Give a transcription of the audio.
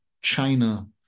China